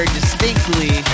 distinctly